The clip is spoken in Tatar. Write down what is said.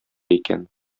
икән